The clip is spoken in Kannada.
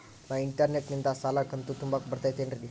ನಾ ಇಂಟರ್ನೆಟ್ ನಿಂದ ಸಾಲದ ಕಂತು ತುಂಬಾಕ್ ಬರತೈತೇನ್ರೇ?